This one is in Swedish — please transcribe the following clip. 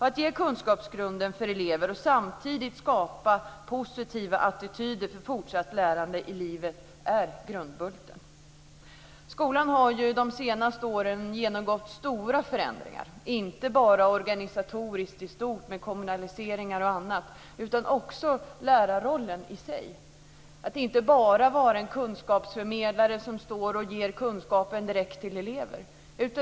Att ge kunskapsgrunden för elever och samtidigt skapa positiva attityder för fortsatt lärande i livet är grundbulten. Skolan har de senaste åren genomgått stora förändringar, inte bara organisatoriskt genom t.ex. kommunaliseringen. Också själva lärarrollen har förändrats. Läraren är inte bara en kunskapsförmedlare, som ger kunskapen direkt till eleverna.